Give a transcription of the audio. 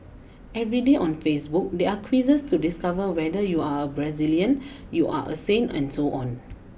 every day on Facebook there are quizzes to discover whether you are Brazilian you are a saint and so on